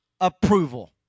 approval